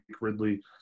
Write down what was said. Ridley